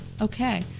Okay